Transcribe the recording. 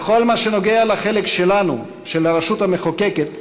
בכל מה שנוגע לחלק שלנו, של הרשות המחוקקת,